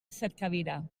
cercavila